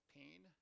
pain